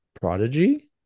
prodigy